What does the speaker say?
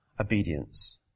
obedience